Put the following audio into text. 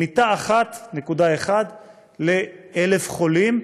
1.1 מיטות ל-1,000 חולים,